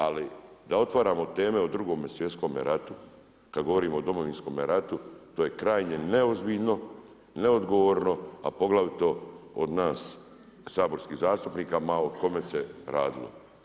Ali da otvaramo teme o Drugome svjetskome ratu kad govorimo o Domovinskome ratu to je krajnje neozbiljno, neodgovorno, a poglavito od nas saborskih zastupnika ma o kome se radilo.